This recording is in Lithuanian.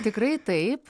tikrai taip